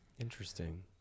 Interesting